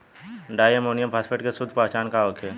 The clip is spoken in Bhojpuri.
डाई अमोनियम फास्फेट के शुद्ध पहचान का होखे?